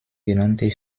genannte